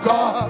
God